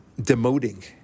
demoting